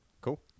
Cool